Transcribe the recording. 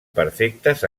perfectes